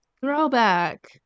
Throwback